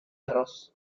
arroz